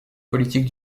politique